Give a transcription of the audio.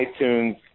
iTunes